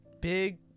big